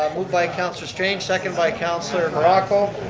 moved by councilor strange, seconded by councilor morocco.